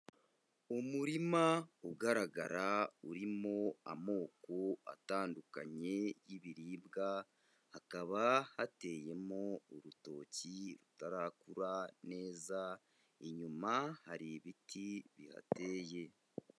Umurima ugaragara urimo amoko atandukanye y'ibiribwa, hakaba hateyemo urutoki rutarakura neza, inyuma hari ibiti bihateye.